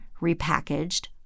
repackaged